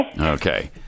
Okay